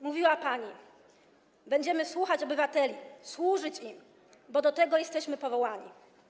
Mówiła pani: będziemy słuchać obywateli, służyć im, bo do tego jesteśmy powołani.